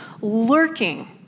lurking